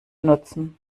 nutzen